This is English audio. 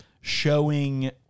showing